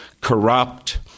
corrupt